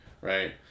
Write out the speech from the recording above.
right